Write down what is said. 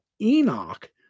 Enoch